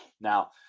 Now